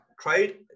trade